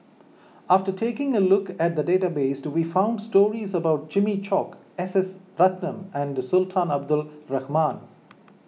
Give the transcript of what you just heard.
after taking a look at the database we found stories about Jimmy Chok S S Ratnam and Sultan Abdul Rahman